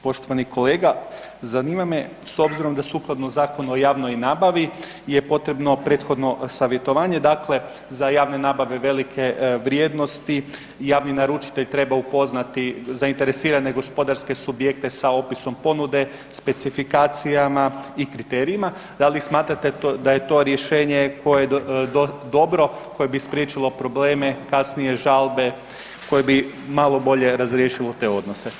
Poštovani kolega, zanima se s obzirom da sukladno Zakonu o javnoj nabavi je potrebno prethodno savjetovanje, dakle za javne nabave velike vrijednosti javni naručitelj treba upoznati zainteresirane gospodarske subjekte sa opisom ponude, specifikacijama i kriterijima, da li smatrate da je to rješenje koje je dobro koje bi spriječilo probleme kasnije žalbe koje bi malo bolje razriješilo te odnose?